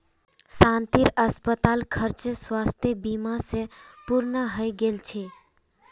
शांतिर अस्पताल खर्च स्वास्थ बीमा स पूर्ण हइ गेल छ